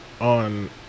on